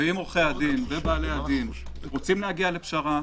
ואם עורכי הדין ובעלי הדין רוצים להגיע לפשרה,